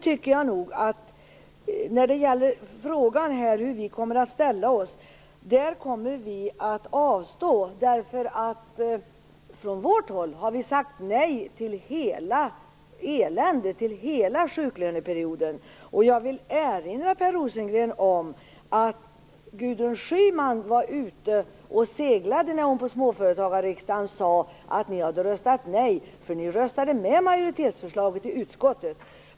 I frågan hur vi kommer att ställa oss vill jag säga att vi kommer att avstå, eftersom vi från håll har sagt nej till hela eländet, till hela sjuklöneperioden. Jag vill erinra Per Rosengren om att Gudrun Schyman var ute och seglade när hon på Småföretagarriksdagen sade att ni hade röstat nej. Ni röstade för majoritetsförslaget i utskottet.